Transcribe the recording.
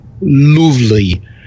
lovely